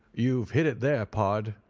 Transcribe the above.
you've hit it there, pard,